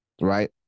right